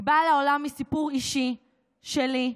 היא באה לעולם מסיפור אישי שלי,